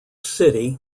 city